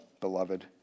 beloved